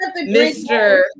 Mr